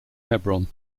hebron